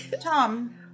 Tom